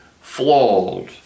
flawed